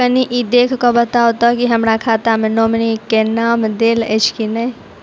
कनि ई देख कऽ बताऊ तऽ की हमरा खाता मे नॉमनी केँ नाम देल अछि की नहि?